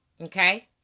Okay